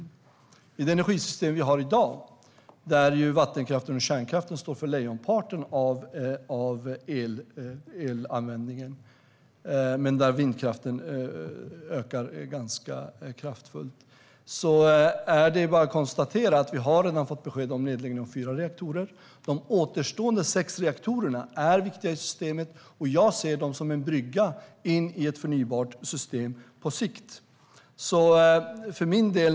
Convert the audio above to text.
När det gäller det energisystem som vi har i dag, där vattenkraften och kärnkraften står för lejonparten av elanvändningen men där vindkraften ökar ganska kraftigt, är det bara att konstatera att vi redan har fått besked om nedläggning av fyra reaktorer. De återstående sex reaktorerna är viktiga i systemet, och jag ser dem som en brygga in i ett förnybart system på sikt.